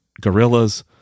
gorillas